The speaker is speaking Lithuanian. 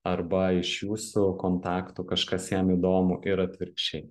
arba iš jūsų kontaktų kažkas jam įdomu ir atvirkščiai